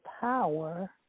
power